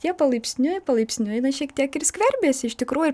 jie palaipsniui palaipsniui na šiek tiek ir skverbiasi iš tikrųjų